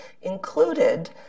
included